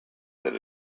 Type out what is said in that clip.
that